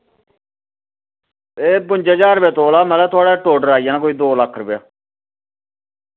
एह् बुंजा ज्हार रपेआ तोला माराज थुआढ़ा टोटल आई जाना कोई दो लक्ख रपेआ